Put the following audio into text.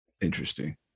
Interesting